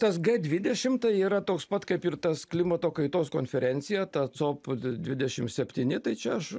tas g dvidešim tai yra toks pat kaip ir tas klimato kaitos konferencija ta cop dvidešim septyni tai čia aš